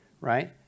right